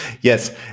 Yes